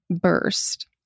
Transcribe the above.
burst